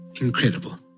incredible